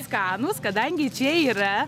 skanūs kadangi čia yra